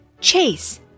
Chase